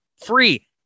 free